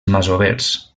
masovers